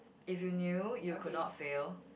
if you knew you could not fail